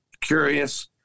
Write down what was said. curious